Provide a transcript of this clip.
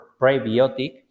prebiotic